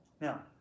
Now